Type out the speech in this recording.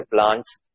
plants